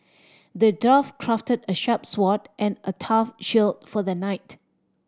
the dwarf crafted a sharp sword and a tough shield for the knight